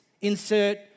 insert